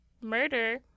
murder